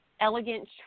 elegant